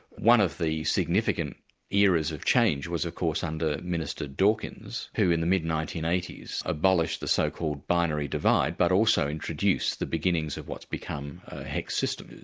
one of the significant eras of change was of course under minister dawkins, who in the mid nineteen eighty s, abolished the so-called binary divide, but also introduced the beginnings of what's become a hecs system.